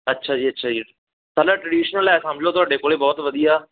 ਅੱਛਾ ਜੀ ਅੱਛਾ ਜੀ ਸਾਰਾ ਟਰਡੀਸ਼ਨਲ ਹੈ ਸਮਝ ਲਓ ਤੁਹਾਡੇ ਕੋਲ ਬਹੁਤ ਵਧੀਆ